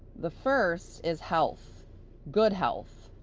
the first is health good health.